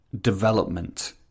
development